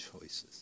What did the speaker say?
choices